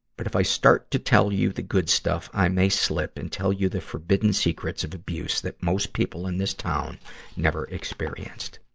but if i start to tell you the good stuff, i may slip and tell you the forbidden secrets of abuse that most people in this town never experienced.